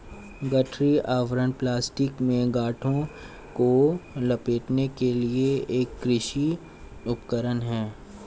गठरी आवरण प्लास्टिक में गांठों को लपेटने के लिए एक कृषि उपकरण है